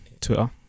Twitter